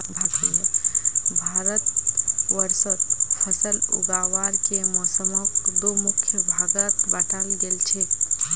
भारतवर्षत फसल उगावार के मौसमक दो मुख्य भागत बांटाल गेल छेक